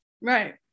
right